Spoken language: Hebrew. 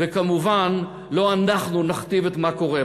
וכמובן לא אנחנו נכתיב את מה שקורה בה.